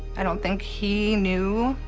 i don't think he knew